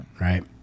right